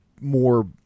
more